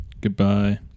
Goodbye